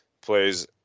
plays